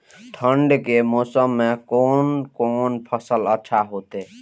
ठंड के मौसम में कोन कोन फसल अच्छा होते?